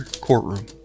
courtroom